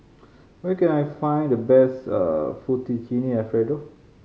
where can I find the best Fettuccine Alfredo